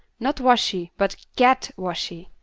not washy, but get washy.